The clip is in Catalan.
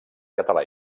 català